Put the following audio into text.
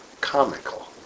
comical